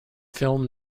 film